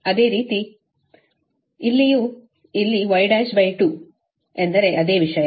ಅದೇ ರೀತಿ ಇಲ್ಲಿಯೂ ಇಲ್ಲ ಇಲ್ಲಿ Y12 ಎಂದರೆ ಇದೇ ವಿಷಯ